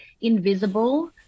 invisible